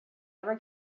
ever